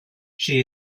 she